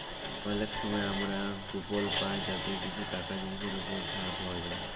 অলেক সময় আমরা কুপল পায় যাতে কিছু টাকা জিলিসের উপর ছাড় পাউয়া যায়